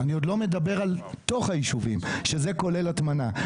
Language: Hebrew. אני עוד לא מדבר על בתוך הישובים שזה כולל הטמנה.